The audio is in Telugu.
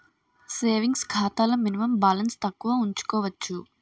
సేవింగ్స్ ఖాతాలో మినిమం బాలన్స్ తక్కువ ఉంచుకోవచ్చు